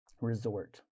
resort